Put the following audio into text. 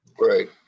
Right